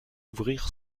ouvrir